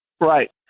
Right